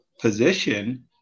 position